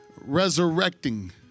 resurrecting